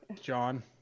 John